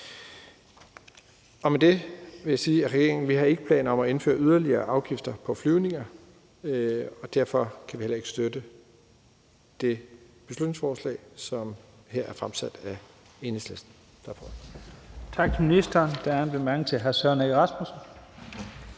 Med det vil jeg sige, at regeringen ikke har planer om at indføre yderligere afgifter på flyvninger, og derfor kan vi heller ikke støtte det beslutningsforslag, som her er fremsat af Enhedslisten.